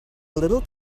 little